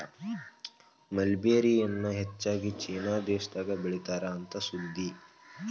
mulberry ಎನ್ನಾ ಹೆಚ್ಚಾಗಿ China ದೇಶದಾಗ ಬೇಳಿತಾರ ಅಂತ ಸುದ್ದಿ